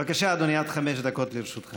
בבקשה, אדוני, עד חמש דקות לרשותך.